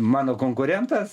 mano konkurentas